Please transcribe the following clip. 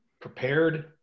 prepared